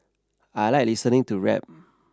I like listening to rap